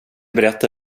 berätta